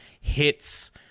hits